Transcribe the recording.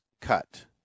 cut